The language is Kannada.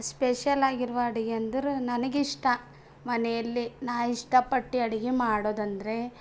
ಸ್ಪೆಷಲಾಗಿರುವ ಅೆಉಗೆ ಅಂದರೆ ನನಗೆ ಇಷ್ಟ ಮನೆಯಲ್ಲಿ ನಾ ಇಷ್ಟಪಟ್ಟು ಅಡುಗೆ ಮಾಡೋದು ಅಂದರೆ